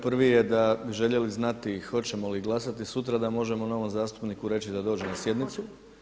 Prvi je da bi željeli znati hoćemo li glasati sutra da možemo novom zastupniku reći da dođe na sjednicu.